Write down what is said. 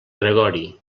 gregori